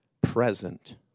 present